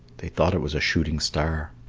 they thought it was a shooting star.